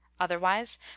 Otherwise